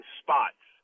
spots